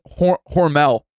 Hormel